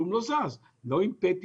לא עם PET,